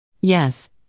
Yes